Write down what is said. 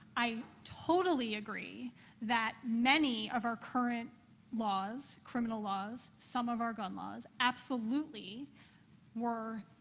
i totally agree that many of our current laws criminal laws, some of our gun laws absolutely were,